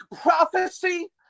prophecy